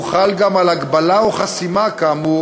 והוא חל גם על הגבלה או חסימה כאמור,